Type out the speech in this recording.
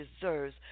deserves